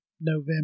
November